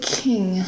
king